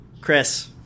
Chris